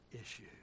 issue